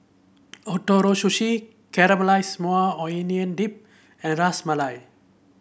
Ootoro Sushi Caramelized Maui Onion Dip and Ras Malai